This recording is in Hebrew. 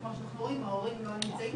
כמו שאנחנו רואים ההורים לא נמצאים,